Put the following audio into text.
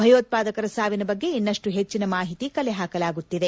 ಭಯೋತ್ಪಾದಕರ ಸಾವಿನ ಬಗ್ಗೆ ಇನ್ನಷ್ಟು ಹೆಚ್ಚಿನ ಮಾಹಿತಿ ಕಲೆಹಾಕಲಾಗುತ್ತಿದೆ